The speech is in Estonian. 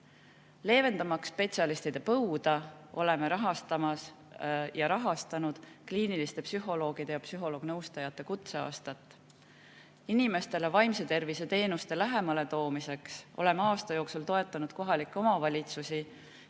Leevendamaks spetsialistide põuda, oleme rahastamas ja rahastanud kliiniliste psühholoogide ja psühholoog-nõustajate kutseaastat. Inimestele vaimse tervise teenuste lähemale toomiseks oleme aasta jooksul toetanud kohalikke omavalitsusi